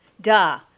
Duh